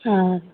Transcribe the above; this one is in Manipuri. ꯑꯥ